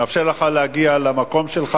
נאפשר לך להגיע למקום שלך.